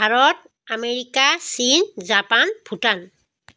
Bharat America চীন Japan Bhutan